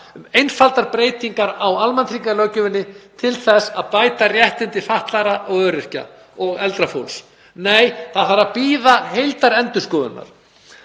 einfaldar breytingar á almannatryggingalöggjöfinni til þess að bæta réttindi fatlaðra og öryrkja og eldra fólks, nei, þá þarf að bíða heildarendurskoðunar.